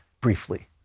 briefly